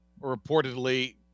reportedly